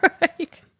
right